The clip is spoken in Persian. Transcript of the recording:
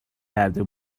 کرده